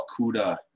Kuda